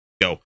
Go